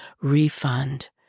refund